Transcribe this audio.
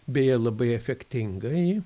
beje labai efektingai